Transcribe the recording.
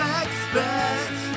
expect